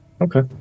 Okay